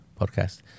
podcast